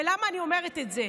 ולמה אני אומרת את זה?